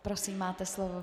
Prosím, máte slovo.